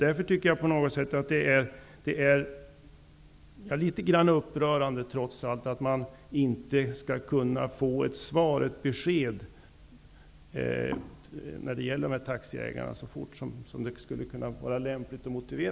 Jag tycker att det trots allt är något upprörande att det inte skall gå att få ett besked så fort som det både är lämpligt och är motiverat när det gäller de här taxiägarnas problem.